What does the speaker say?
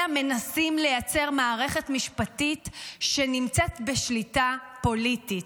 אלא מנסים לייצר מערכת משפטית שנמצאת בשליטה פוליטית.